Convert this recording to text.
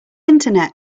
internet